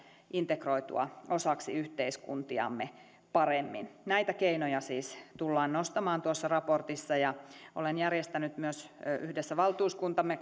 integroitua osaksi yhteiskuntiamme paremmin näitä keinoja siis tullaan nostamaan tuossa raportissa ja olen järjestänyt myös yhdessä valtuuskuntamme